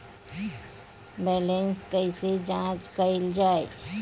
Balance कइसे जांच कइल जाइ?